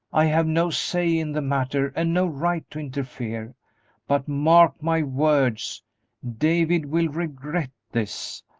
i have no say in the matter and no right to interfere but mark my words david will regret this,